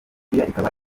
ikaba